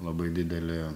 labai didelį